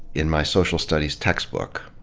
in my social studies textbook,